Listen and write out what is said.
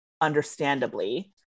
understandably